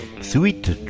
Sweet